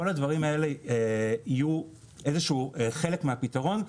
כל הדברים האלה יהיו איזה שהוא חלק מהפתרון,